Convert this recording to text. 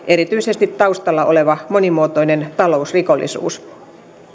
erityisesti taustalla oleva monimuotoinen talousrikollisuus